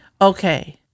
Okay